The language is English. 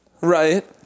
Right